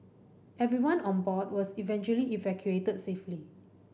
everyone on board was eventually evacuated safely